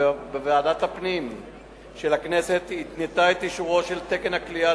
וועדת הפנים של הכנסת התנתה את אישורו של תקן הכליאה